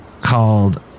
called